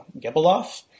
Gebeloff